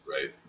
right